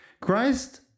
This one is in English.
Christ